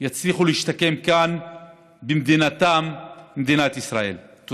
יצליחו להשתקם כאן במדינתן, מדינת ישראל.